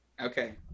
okay